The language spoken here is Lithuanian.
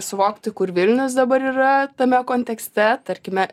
suvokti kur vilnius dabar yra tame kontekste tarkime